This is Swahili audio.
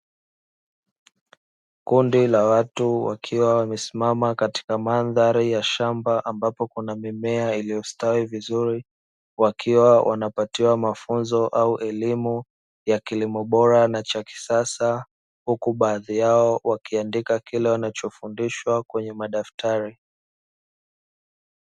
Kundi la watu wakiwa wamesimama katika mandhari ya shamba, ambapo kuna mimea imestawi vizuri wakiwa wanapatiwa mafunzo au elimu ya kilimo bora na cha kisasa. Huku baadhi yao wakiandika kile wanachofundishwa kwenye madaftari.